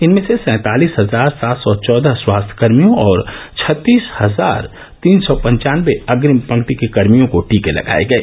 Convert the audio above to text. इनमें से सैंतालीस हजार सात सौ चौदह स्वास्थ्यकर्मियों और छत्तीस हजार तीन सौ पन्चानबे अप्रिम पंक्ति के कर्मियों को टीके लगाये गये